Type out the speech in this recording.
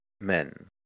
men